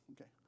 Okay